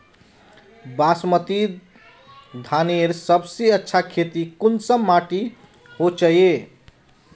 बासमती धानेर सबसे अच्छा खेती कुंसम माटी होचए?